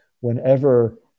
whenever